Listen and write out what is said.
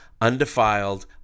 undefiled